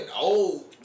old